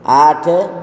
ଆଠ